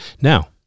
Now